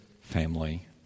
family